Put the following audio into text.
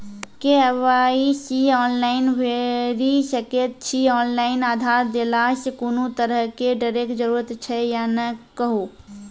KYC online भैरि सकैत छी, ऑनलाइन आधार देलासॅ कुनू तरहक डरैक जरूरत छै या नै कहू?